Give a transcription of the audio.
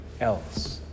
else